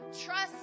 Trust